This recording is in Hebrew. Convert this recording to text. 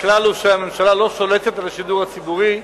הכלל הוא שהממשלה לא שולטת על השידור הציבורי,